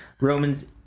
Romans